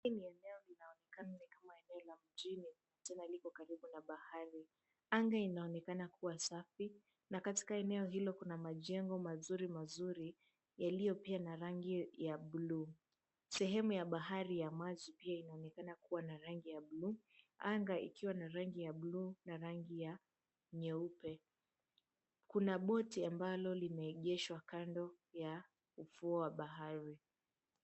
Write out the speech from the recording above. Hili ni eneo linaenoekana ni kama eneo la mjini na lipo karibu na bahari. Anga inaonekana kuwa safi, na katika eneo hilo kuna majengo mazuri mazuri yaliyo pia na rangi ya bluu. Sehemu ya bahari ya maji pia inaonekana kuwa na rangi ya bluu, anga ikiwa na rangi ya bluu na rangi ya nyeupe. Kuna boti ambalo limeegeshwa kando ya ufuo wa bahari.